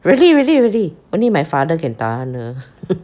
really really really only my father can tahan her